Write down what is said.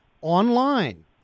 online